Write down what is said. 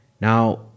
now